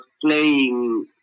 playing